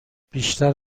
بیشتر